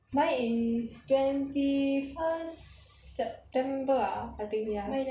mine is twenty first september ah I think ya